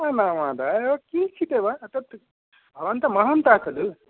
ना महोदय किञ्चित् एव तत् भवान् तु महन्तः खलु